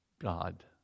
God